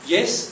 Yes